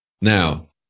Now